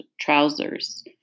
trousers